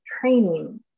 training